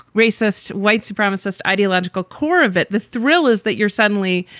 racist, white supremacist ideological core of it, the thrill is that you're suddenly,